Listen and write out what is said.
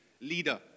leader